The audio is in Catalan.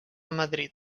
madrid